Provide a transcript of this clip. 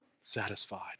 satisfied